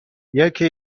یکی